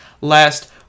last